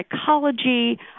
psychology